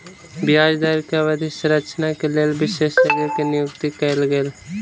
ब्याज दर के अवधि संरचना के लेल विशेषज्ञ के नियुक्ति कयल गेल